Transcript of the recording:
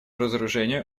разоружению